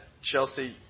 Chelsea